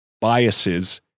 biases